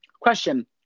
Question